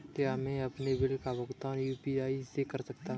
क्या मैं अपने बिल का भुगतान यू.पी.आई से कर सकता हूँ?